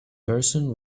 person